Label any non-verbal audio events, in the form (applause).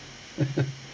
(laughs)